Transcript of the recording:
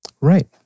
Right